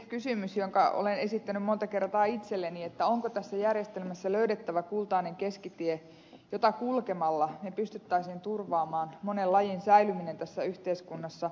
sen kysymyksen olen esittänyt monta kertaa itselleni onko tässä järjestelmässä löydettävä kultainen keskitie jota kulkemalla me pystyisimme turvaamaan monen lajin säilymisen tässä yhteiskunnassa